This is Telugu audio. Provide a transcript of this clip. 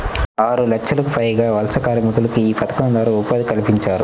ఆరులక్షలకు పైగా వలస కార్మికులకు యీ పథకం ద్వారా ఉపాధి కల్పించారు